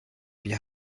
wir